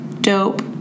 dope